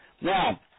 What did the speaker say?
Now